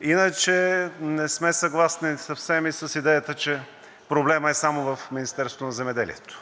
Иначе не сме съгласни съвсем с идеята, че проблемът е само в Министерството на земеделието.